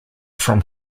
from